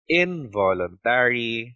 involuntary